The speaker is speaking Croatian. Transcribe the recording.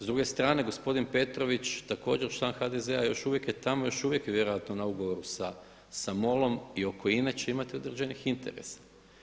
S druge strane Gospodin Petrović također član HDZ-a još uvijek je tamo i još je vjerojatno na ugovoru sa MOL-om i oko INA-e će imati određenih interesa.